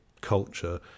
culture